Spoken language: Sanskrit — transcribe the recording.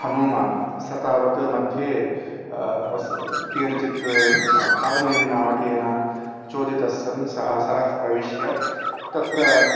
हनूमान् सः तावत् मध्ये केनचित् कालनेमिनामकेन चोदितस्सन् सः सरः प्रविश्य तत्र